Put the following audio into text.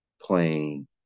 playing